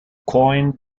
coined